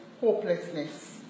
hopelessness